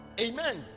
Amen